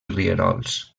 rierols